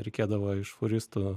reikėdavo iš fūristų